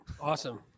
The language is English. Awesome